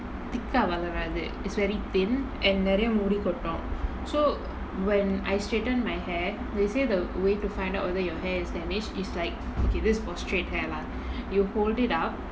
thick ah வளராது:valarathu is very thin and எனக்கு நெறய முடி கொட்டு:enakku neraya mudi kottu so when I straighten my hair they say the way to find out whether your hair is damaged is like okay this is for straight hair lah you hold it up